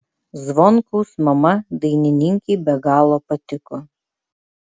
zvonkaus mama dainininkei be galo patiko